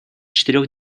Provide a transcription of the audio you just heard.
четырех